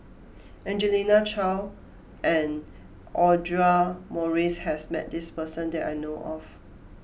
Angelina Choy and Audra Morrice has met this person that I know of